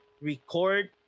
record